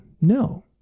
No